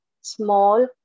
small